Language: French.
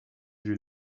vue